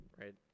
right